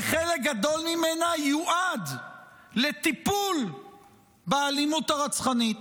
שחלק גדול ממנה יועד לטיפול באלימות הרצחנית,